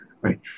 Right